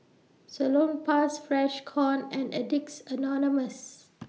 Salonpas Freshkon and Addicts Anonymous